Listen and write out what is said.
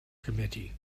committee